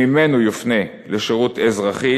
שממנו יופנה לשירות אזרחי,